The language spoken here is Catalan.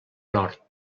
nord